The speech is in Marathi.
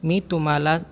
मी तुम्हाला